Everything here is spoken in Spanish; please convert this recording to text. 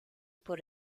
por